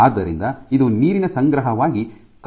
ಆದ್ದರಿಂದ ಇದು ನೀರಿನ ಸಂಗ್ರಹವಾಗಿ ಕಾರ್ಯನಿರ್ವಹಿಸುತ್ತದೆ